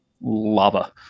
lava